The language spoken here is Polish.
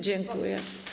Dziękuję.